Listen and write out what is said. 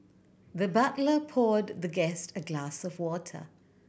the butler poured the guest a glass of water